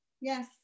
Yes